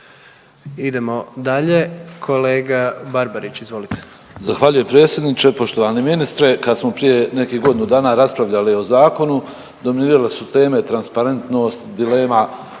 Idemo dalje, kolega Barbarić, izvolite.